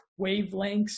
wavelengths